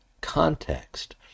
context